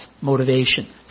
motivation